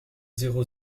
zéro